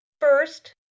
First